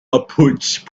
approach